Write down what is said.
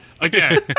again